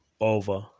over